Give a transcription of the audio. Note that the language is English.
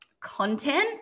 content